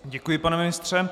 Děkuji, pane ministře.